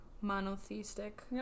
monotheistic